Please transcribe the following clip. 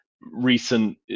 recent